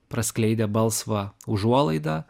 praskleidę balsvą užuolaidą